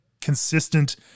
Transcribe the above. consistent